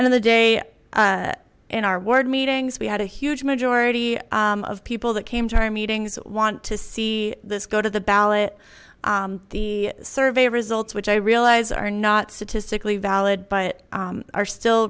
end of the day in our ward meetings we had a huge majority of people that came to our meetings want to see this go to the ballot the survey results which i realize are not statistically valid but are still